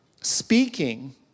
speaking